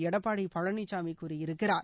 எடப்பாடி பழனிசாமி கூறியிருக்கிறார்